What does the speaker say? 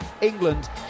England